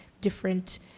different